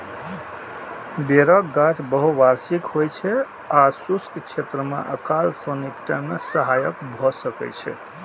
बेरक गाछ बहुवार्षिक होइ छै आ शुष्क क्षेत्र मे अकाल सं निपटै मे सहायक भए सकै छै